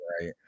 right